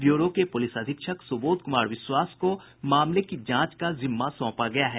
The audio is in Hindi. ब्यूरो के पुलिस अधीक्षक सुबोध कुमार विश्वास को मामले की जांच का जिम्मा सौंपा गया है